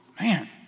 man